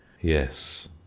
Yes